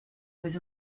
was